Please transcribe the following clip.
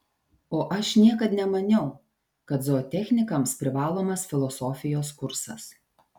o aš niekad nemaniau kad zootechnikams privalomas filosofijos kursas